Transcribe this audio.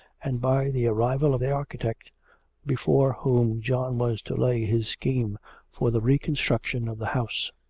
and by the arrival of the architect before whom john was to lay his scheme for the reconstruction of the house.